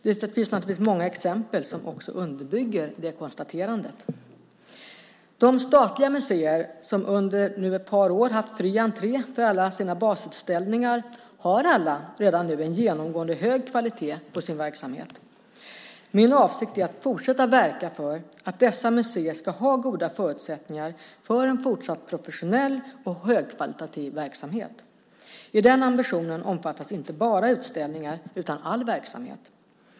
Det finns naturligtvis många exempel som underbygger detta konstaterande. De statliga museer som under ett par år haft fri entré för alla till sina basutställningar har alla redan nu en genomgående hög kvalitet på sin verksamhet. Min avsikt är att fortsätta verka för att dessa museer ska ha goda förutsättningar för en fortsatt professionell och högkvalitativ verksamhet. I den ambitionen omfattas inte bara utställningar utan all verksamhet.